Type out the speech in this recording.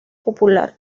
popular